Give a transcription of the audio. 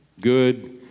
good